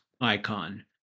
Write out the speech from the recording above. icon